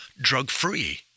drug-free